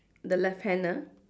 the left hand ah